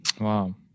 wow